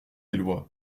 éloy